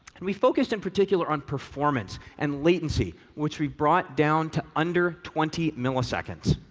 and we focused in particular on performance and latency, which rebrought down to under twenty milliseconds.